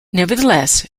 nevertheless